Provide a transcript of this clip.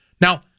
Now